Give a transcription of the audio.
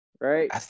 right